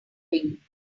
ring